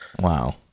Wow